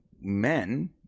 men